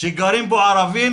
שגרים בו ערבים,